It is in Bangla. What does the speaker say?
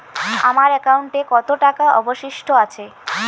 আমার একাউন্টে কত টাকা অবশিষ্ট আছে?